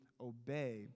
obey